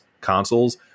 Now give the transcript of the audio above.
consoles